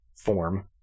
form